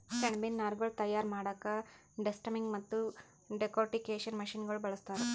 ಸೆಣಬಿನ್ ನಾರ್ಗೊಳ್ ತಯಾರ್ ಮಾಡಕ್ಕಾ ಡೆಸ್ಟಮ್ಮಿಂಗ್ ಮತ್ತ್ ಡೆಕೊರ್ಟಿಕೇಷನ್ ಮಷಿನಗೋಳ್ ಬಳಸ್ತಾರ್